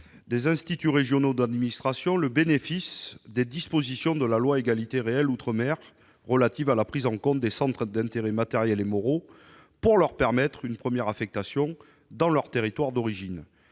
des instituts régionaux d'administration, les IRA, le bénéfice des dispositions de la loi ÉROM relatives à la prise en compte des centres d'intérêts matériels et moraux, afin de leur permettre une première affectation dans leur territoire d'origine.